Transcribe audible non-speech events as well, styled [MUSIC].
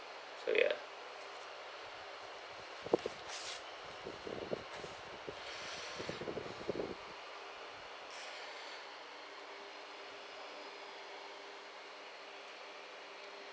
so ya [BREATH]